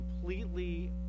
completely